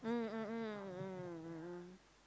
mm mm mm mm mm